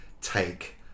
take